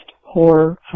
horror